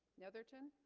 netherton